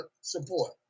support